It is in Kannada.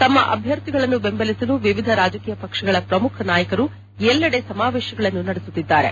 ತಮ್ಮ ಅಭ್ಯರ್ಥಿಗಳನ್ನು ಬೆಂಬಲಿಸಲು ವಿವಿಧ ರಾಜಕೀಯ ಪಕ್ಷಗಳ ಪ್ರಮುಖ ನಾಯಕರು ಎಲ್ಲೆಡೆ ಸಮಾವೇತಗಳನ್ನು ನಡೆಸುತ್ತಿದ್ದಾರೆ